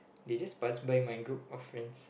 they just pass by my group of friends